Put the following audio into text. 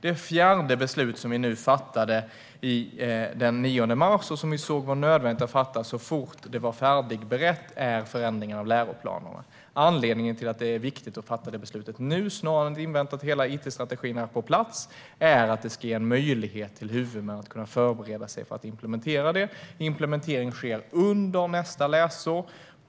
Det fjärde beslutet, som vi fattade den 9 mars och som vi såg var nödvändigt att fatta så fort det var färdigberett, är förändringen av läroplanerna. Anledningen till att det är viktigt att fatta detta beslut nu snarare än att vänta tills hela it-strategin är på plats är att vi ska ge huvudmän en möjlighet att förbereda sig för att implementera det. Implementeringen sker under nästa läsår.